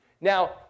Now